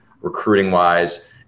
recruiting-wise